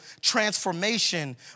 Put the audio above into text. transformation